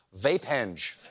Vapehenge